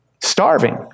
Starving